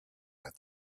had